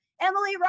emily